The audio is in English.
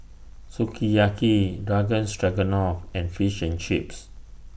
Sukiyaki Garden Stroganoff and Fish and Chips